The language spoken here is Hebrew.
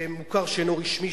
שהם מוכר שאינו רשמי,